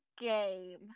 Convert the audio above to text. game